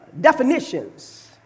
definitions